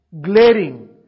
glaring